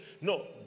No